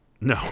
No